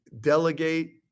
delegate